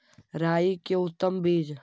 राई के उतम बिज?